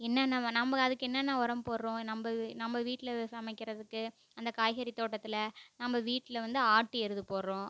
என்னன்னா நம்மஅதுக்கு என்னன்னா உரம் போடுறோம் நம்ம நம்ம வீட்டில் சமைக்கிறதுக்கு அந்த காய்கறி தோட்டத்தில் நம்ம வீட்டில் வந்து ஆட்டு எரு போடுறோம்